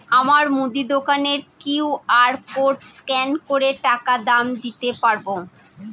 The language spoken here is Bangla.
আমার মুদি দোকানের কিউ.আর কোড স্ক্যান করে টাকা দাম দিতে পারব?